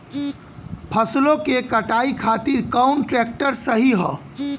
फसलों के कटाई खातिर कौन ट्रैक्टर सही ह?